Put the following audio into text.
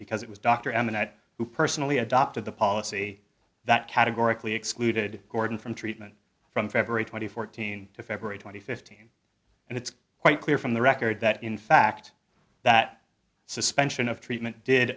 knight who personally adopted the policy that categorically excluded gordon from treatment from february twenty fourteen to february twenty fifth but it's quite clear from the record that in fact that suspension of treatment did